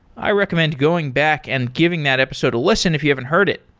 i recommend going back and giving that episode a listen if you haven't heard it.